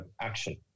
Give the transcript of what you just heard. action